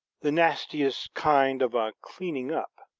the nastiest kind of a cleaning up.